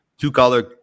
Two-color